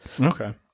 Okay